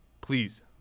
Please